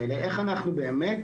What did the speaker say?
איך אנחנו באמת